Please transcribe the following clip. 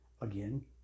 again